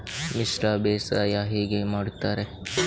ಮಿಶ್ರ ಬೇಸಾಯ ಹೇಗೆ ಮಾಡುತ್ತಾರೆ?